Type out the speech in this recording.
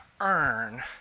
earn